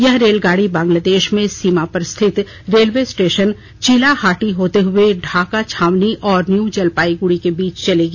यह रेलगाड़ी बंगलादेश में सीमा पर स्थित रेलवे स्टेशन चिलाहाटी होते हुए ढाका छावनी और न्यू जलपाइगुड़ी के बीच चलेगी